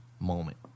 moment